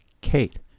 Kate